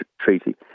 treaty